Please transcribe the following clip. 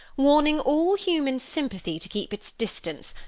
warning all human sympathy to keep its distance,